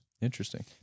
Interesting